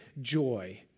joy